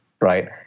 right